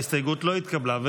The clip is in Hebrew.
ההסתייגות לא התקבלה.